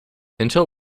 until